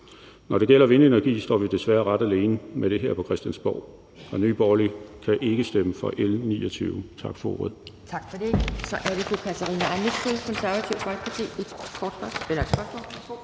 Når det gælder vindenergi, står vi desværre ret alene med det her på Christiansborg. Nye Borgerlige kan ikke stemme for L 29. Tak for ordet. Kl. 11:34 Anden næstformand (Pia Kjærsgaard): Tak for det.